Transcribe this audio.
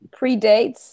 predates